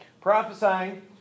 prophesying